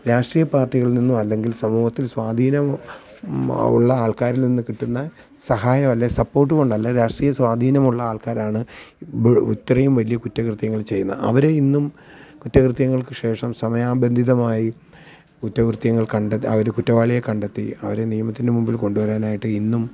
രാഷ്ട്രീയ പാർട്ടികളിൽ നിന്നും അല്ലെങ്കിൽ സമൂഹത്തിൽ സ്വാധീനം ഉള്ള ആൾക്കാരിൽ നിന്നു കിട്ടുന്ന സഹായം അല്ലെങ്കിൽ സപ്പോർട്ട് കൊണ്ട് അല്ലെങ്കിൽ രാഷ്ട്രീയ സ്വാധീനമുള്ള ആൾക്കാരാണ് ഇത്രയും വലിയ കുറ്റകൃത്യങ്ങൾ ചെയ്യുന്നത് അവരെ ഇന്നും കുറ്റ കൃത്യങ്ങൾക്ക് ശേഷം സമയബന്ധിതമായി കുറ്റകൃത്യങ്ങൾ കണ്ടത് ആ ഒരു കുറ്റവാളിയെ കണ്ടത്തി അവരെ നിയമത്തിൻ്റെ മുമ്പിൽ കൊണ്ടുവരാനായിട്ട് ഇന്നും